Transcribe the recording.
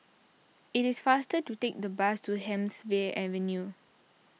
it is faster to take the bus to Hemsley Avenue